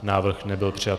Návrh nebyl přijat.